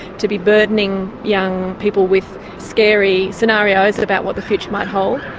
to be burdening young people with scary scenarios about what the future might hold.